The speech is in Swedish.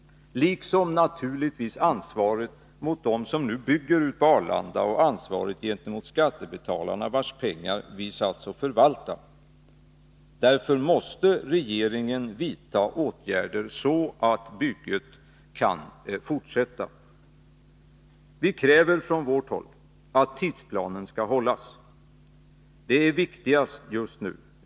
Dessutom har vi naturligtvis ett ansvar gentemot dem som bygger ute på Arlanda och gentemot skattebetalarna, vars pengar vi har satts att förvalta. Därför måste regeringen vidta åtgärder så att bygget kan fortsätta. Vi kräver från vårt håll att tidsplanen skall hållas. Det är viktigast just nu.